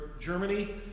Germany